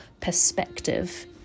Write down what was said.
perspective